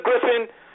Griffin